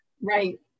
right